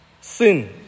Sin